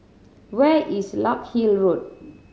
where is Larkhill Road